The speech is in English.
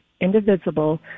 indivisible